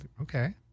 Okay